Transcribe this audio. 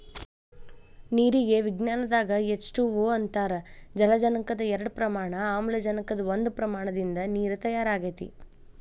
ನೇರಿಗೆ ವಿಜ್ಞಾನದಾಗ H two O ಅಂತಾರ ಜಲಜನಕದ ಎರಡ ಪ್ರಮಾಣ ಆಮ್ಲಜನಕದ ಒಂದ ಪ್ರಮಾಣದಿಂದ ನೇರ ತಯಾರ ಆಗೆತಿ